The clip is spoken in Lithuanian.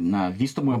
na vystoma